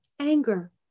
anger